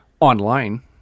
online